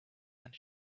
and